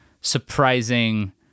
surprising